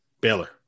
Baylor